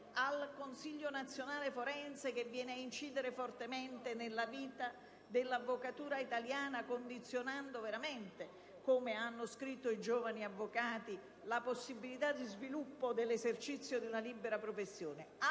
al Consiglio nazionale forense (che viene a incidere fortemente nella vita dell'avvocatura italiana, condizionando, come hanno scritto i giovani avvocati, la possibilità di sviluppo dell'esercizio di una libera professione)